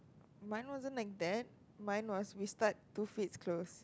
mine wasn't like that mine was we start two feet close